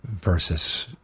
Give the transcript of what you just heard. versus